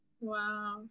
Wow